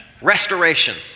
Restoration